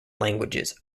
languages